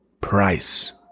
price